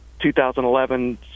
2011